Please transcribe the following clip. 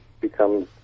becomes